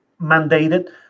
mandated